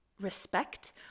respect